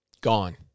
Gone